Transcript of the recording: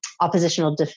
oppositional